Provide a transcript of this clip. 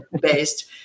based